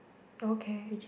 okay